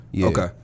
Okay